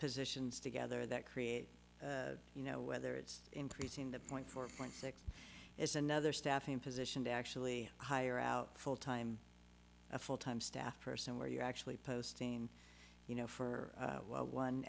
positions together that create you know whether it's increasing the point for point six is another staffing position to actually hire out full time a full time staff person where you're actually posting you know for one